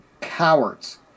cowards